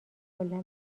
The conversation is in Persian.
کلا